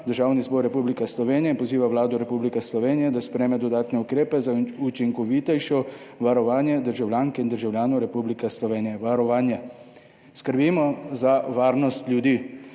Državni zbor Republike Slovenije poziva Vlado Republike Slovenije, da sprejme dodatne ukrepe za učinkovitejše varovanje državljank in državljanov Republike Slovenije. Varovanje. Skrbimo za varnost ljudi.